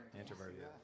Introverted